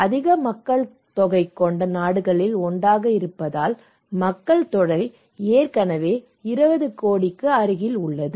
அதிக மக்கள் தொகை கொண்ட நாடுகளில் ஒன்றாக இருப்பதால் மக்கள் தொகை ஏற்கனவே 20 கோடிக்கு அருகில் உள்ளது